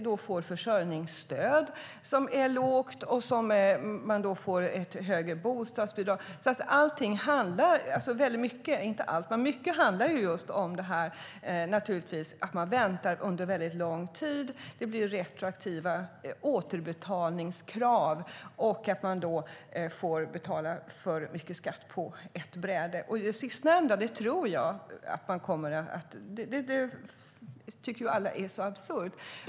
Då får de försörjningsstöd, som är lågt, och ett högre bostadsbidrag. Mycket handlar naturligtvis om att man väntar under väldigt lång tid. Det blir retroaktiva återbetalningskrav, och så får man betala för mycket skatt på ett bräde. Det sistnämnda tycker alla är absurt.